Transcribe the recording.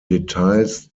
details